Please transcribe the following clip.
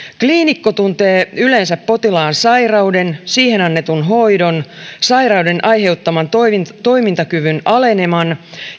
kliinikko tuntee yleensä potilaan sairauden siihen annetun hoidon sairauden aiheuttaman toimintakyvyn aleneman